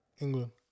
England